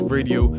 Radio